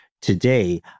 today